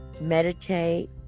meditate